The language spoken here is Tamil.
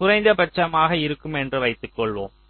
குறைந்தபட்சமாக இருக்கும் என்று வைத்து கொள்வோம்